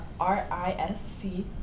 RISC